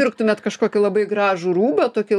pirktumėt kažkokį labai gražų rūbą tokį